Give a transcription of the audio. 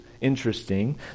interesting